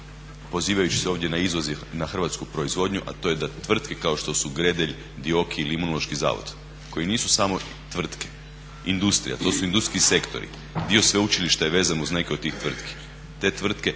pozivajući se ovdje na izvoz i na hrvatsku proizvodnju, a to je da tvrtke kao što su Gredelj, DIOKI ili Imunološki zavod koji nisu samo tvrtke, industrija, to su industrijski sektori. Dio sveučilišta je vezan uz neke od tih tvrtki.